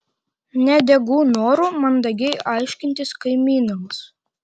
nedegu noru mandagiai aiškintis kaimynams